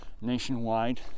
nationwide